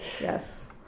yes